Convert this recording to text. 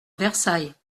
versailles